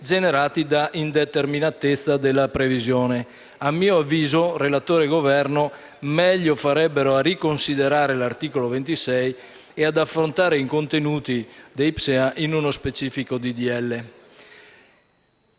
generati da indeterminatezza della previsione. A mio avviso, relatore e Governo meglio farebbero a riconsiderare l'articolo 26 e ad affrontare i contenuti degli PSEA in uno specifico